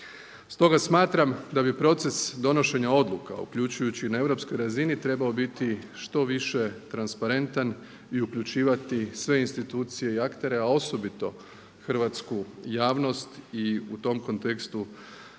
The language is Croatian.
Stoga smatram da bi proces donošenja odluka uključujući i na europskoj razini trebao biti što više transparentan i uključivati sve institucije i aktere a osobito hrvatsku javnost i u tom kontekstu